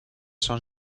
son